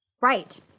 Right